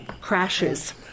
crashes